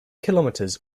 kilometres